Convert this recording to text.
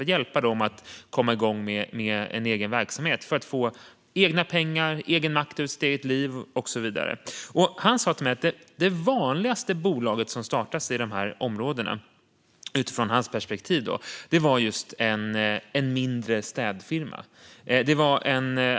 Han hjälpte dem att komma igång med en egen verksamhet för att få egna pengar, egen makt över sitt eget liv och så vidare. Han sa till mig att det vanligaste bolaget som startas i dessa områden, utifrån hans perspektiv, var just en mindre städfirma.